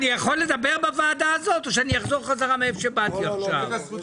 אני יכול לדבר בוועדה הזאת או שאני אחזור חזרה מאיפה שבאתי עכשיו?